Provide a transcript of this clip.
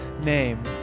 name